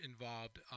involved